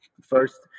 first